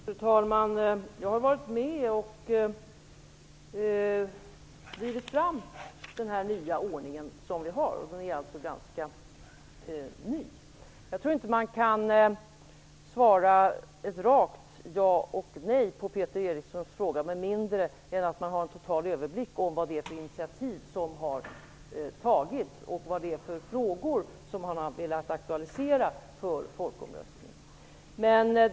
Fru talman! Jag har varit med om att driva fram den ordning vi nu har, och den är ganska ny. Jag tror inte att man kan svara med ett rakt ja eller nej på Peter Erikssons fråga med mindre än att man har en total överblick över vilka initiativ som har tagits och vad det är för frågor som han har velat aktualisera för folkomröstning.